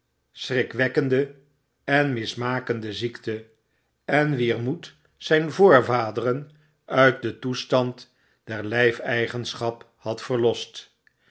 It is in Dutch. schrikwekkende en mismakende ziekte en wier moed zyn voorvaderen uit den toestand der lijfeigenschap had verlost